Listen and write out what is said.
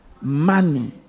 Money